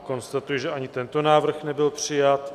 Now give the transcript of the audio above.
Konstatuji, že ani tento návrh nebyl přijat.